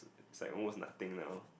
is like almost nothing now